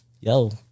yo